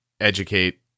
educate